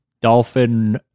Dolphin